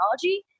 technology